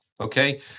Okay